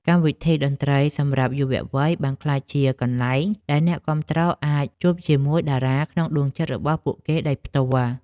កម្មវិធីតន្ត្រីសម្រាប់យុវវ័យបានក្លាយជាកន្លែងដែលអ្នកគាំទ្រអាចជួបជាមួយតារាក្នុងដួងចិត្តរបស់ពួកគេដោយផ្ទាល់។